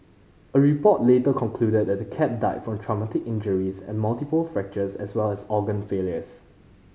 a report later concluded that the cat died from traumatic injuries and multiple fractures as well as organ failures